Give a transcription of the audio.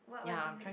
ya I'm try